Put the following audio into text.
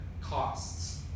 costs